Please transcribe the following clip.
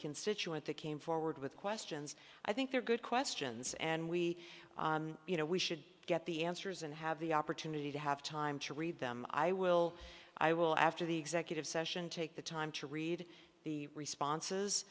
constituent that came forward with questions i think they're good questions and we you know we should get the answers and have the opportunity to have time to read them i will i will after the executive session take the time to read the responses